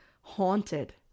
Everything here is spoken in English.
haunted